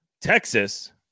Texas